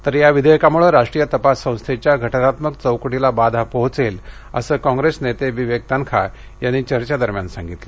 तर या विधेयकामुळे राष्ट्रीय तपास संस्थेच्या घटनात्मक चौकटीला बाधा पोहोचेल असं काँग्रेस नेते विवेक तनखा यांनी चर्चेदरम्यान सांगितलं